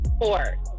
Four